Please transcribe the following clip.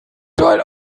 teil